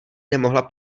nemohla